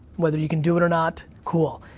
whether you can do it or not, cool,